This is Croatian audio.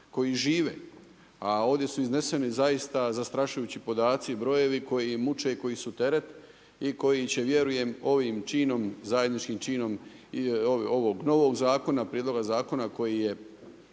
koji žive, a ovdje su izneseni zaista zastrašujući podaci, brojevi koji muče i koji su teret, i koji će vjerujem, ovim činom, zajedničkim činom, ovog novog zakona, prijedloga zakona, koji je